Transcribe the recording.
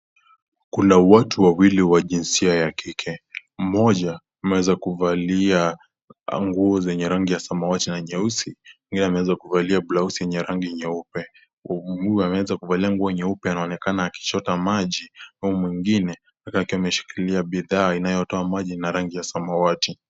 Kuna watu wawili wa jinsia ya kike. Mmoja ameweza kuvalia nguo zenye rangi ya samawati na nyeusi. Mwingine ameweza kuvalia blausi yenye rangi nyeupe. Mwenye ameweza kuvalia nguo nyeupe anaonekana akichota maji, huyo mwingine anaonekana akiwa ameshika bidhaa inayotoa maji ina rangi ya samawati.